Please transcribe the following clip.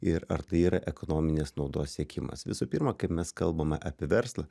ir ar tai yra ekonominės naudos siekimas visų pirma kaip mes kalbame apie verslą